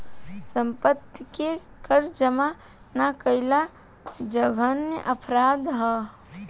सम्पत्ति के कर जामा ना कईल जघन्य अपराध ह